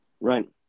Right